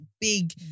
big